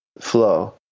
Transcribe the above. flow